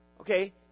Okay